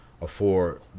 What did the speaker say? afford